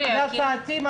זו הצעתי.